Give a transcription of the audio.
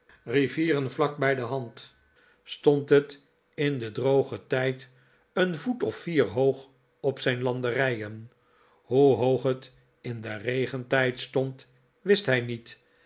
rivieren vlak bij de hand stond het in den drogen tijd een voet of vier hoog op zijn landerijen hoe hoog het in den regentijd stond wist hij niet